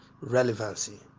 relevancy